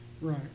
Right